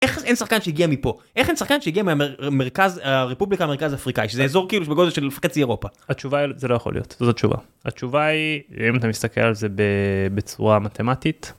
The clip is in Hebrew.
אין שחקן שיגיע מפה איך אין שחקן שיגיע ממרכז הרפובליקה מרכז אפריקאי שזה אזור כאילו בגודל של חצי אירופה? התשובה זה לא יכול להיות תשובה התשובה היא אם אתה מסתכל על זה בצורה מתמטית.